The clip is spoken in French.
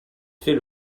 fait